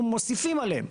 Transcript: אנחנו מוסיפים עליהם.